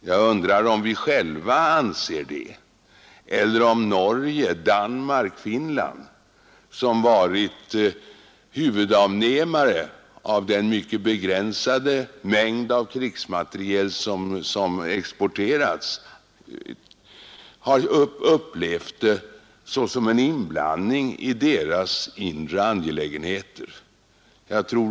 Jag undrar om vi själva anser det eller om Norge, Danmark och Finland, som varit huvudavnämare av den mycket begränsade mängd av krigsmateriel som exporterats, har upplevt det såsom en inblandning i deras inre angelägenheter.